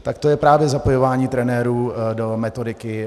Tak to je právě zapojování trenérů do metodiky.